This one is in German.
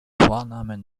vornamen